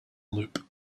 loop